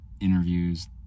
interviews